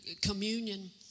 communion